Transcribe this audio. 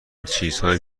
چیزهایی